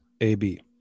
AB